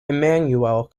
emmanuel